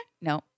No